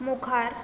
मुखार